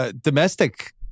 domestic